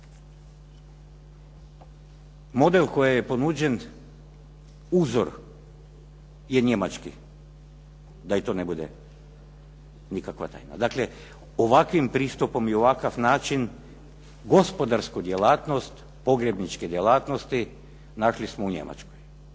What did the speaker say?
Model kojem je ponuđen uzor je Njemački da to ne bude nikakva tajna. Dakle, ovakvim pristupom i ovakav način gospodarsku djelatnost pogrebničke djelatnosti našli smo u Njemačkoj.